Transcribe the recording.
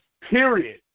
period